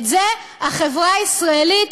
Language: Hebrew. את זה החברה הישראלית,